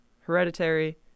Hereditary